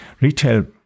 retail